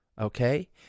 Okay